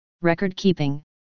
record-keeping